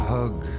hug